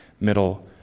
middle